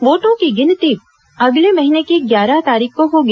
वोटों की गिनती अगले महीने की ग्यारह तारीख को होगी